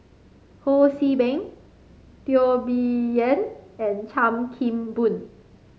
Ho See Beng Teo Bee Yen and Chan Kim Boon